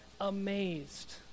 amazed